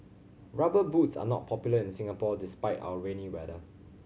Rubber Boots are not popular in Singapore despite our rainy weather